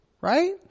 right